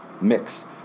mix